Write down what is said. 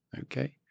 okay